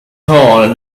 hole